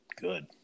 good